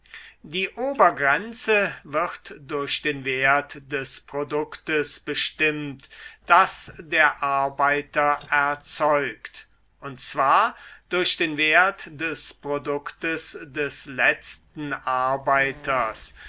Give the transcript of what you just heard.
die obergrenze wird durch den wert des produktes bestimmt das der arbeiter erzeugt und zwar durch den wert des produktes des letzten arbeiters